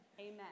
Amen